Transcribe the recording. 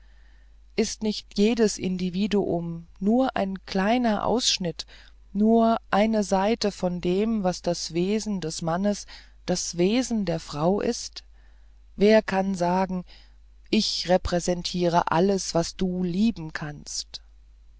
ist nicht jedes individuum nur ein kleiner ausschnitt nur eine seite von dem was das wesen des mannes das wesen der frau ist wer kann sagen ich repräsentiere alles was du lieben kannst